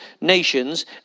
nations